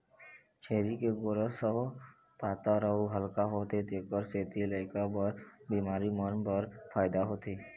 छेरी के गोरस ह पातर अउ हल्का होथे तेखर सेती लइका बर अउ बिमार मन बर फायदा के होथे